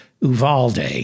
Uvalde